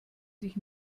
sich